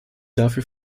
dafür